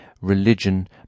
religion